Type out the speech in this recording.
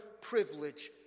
privilege